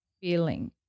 feeling